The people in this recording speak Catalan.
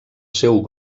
seu